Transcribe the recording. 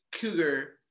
Cougar